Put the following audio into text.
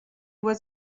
was